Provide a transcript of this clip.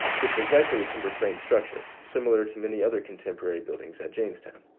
which was likely a timber frame structure similar to many other contemporary buildings at jamestown.